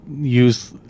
use